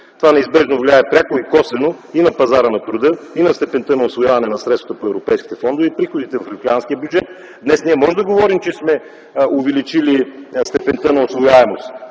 Това неизбежно влияе пряко и косвено и на пазара на труда, и на степента на усвояване на средства от европейските фондове, и на приходите в републиканския бюджет. Днес ние можем да говорим, че сме увеличили степента на усвояваемост,